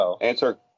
answer